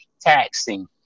taxing